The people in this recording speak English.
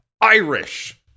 Irish